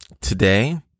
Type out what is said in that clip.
today